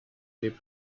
les